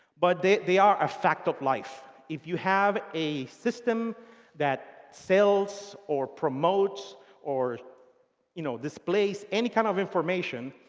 but they they are a fact of life. if you have a system that sells or promotes or you know displays any kind of information,